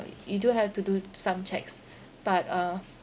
you do have to do some checks but uh